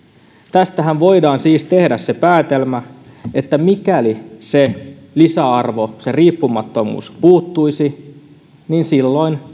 tästähän voidaan siis tehdä se päätelmä että mikäli se lisäarvo riippumattomuus puuttuisi niin silloin